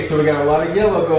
so, we got a lot of yellow